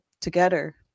together